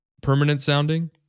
permanent-sounding